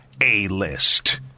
A-List